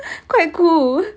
quite cool